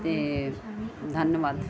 ਅਤੇ ਧੰਨਵਾਦ